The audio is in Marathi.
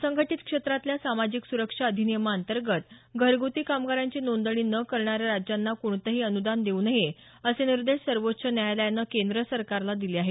असंघटित क्षेत्रातल्या सामाजिक सुरक्षा अधिनियमांतर्गत घरगुती कामगारांची नोंदणी न करणाऱ्या राज्यांना कोणतंही अनुदान देऊ नये असे निर्देश सर्वोच्च न्यायालयानं केंद्र सरकारला दिले आहेत